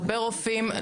הרבה רופאים,